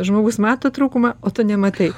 žmogus mato trūkumą o tu nematai